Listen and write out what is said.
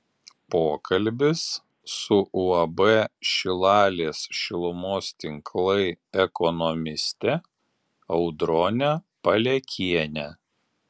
pokalbis su uab šilalės šilumos tinklai ekonomiste audrone palekiene